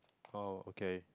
oh okay